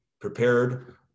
prepared